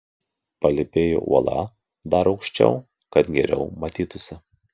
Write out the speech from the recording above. palypėju uola dar aukščiau kad geriau matytųsi